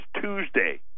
Tuesday